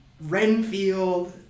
Renfield